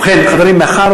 ובכן, חברים, מאחר